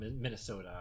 Minnesota